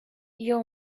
you